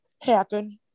happen